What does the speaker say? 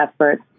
efforts